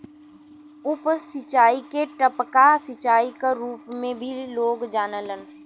उप सिंचाई के टपका सिंचाई क रूप में भी लोग जानलन